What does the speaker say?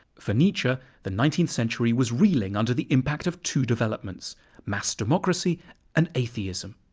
for nietzsche, the nineteenth century was reeling under the impact of two developments mass democracy and atheism.